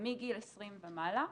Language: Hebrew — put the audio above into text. מגיל 20 ומעלה.